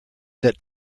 set